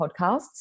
podcasts